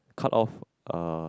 cut off uh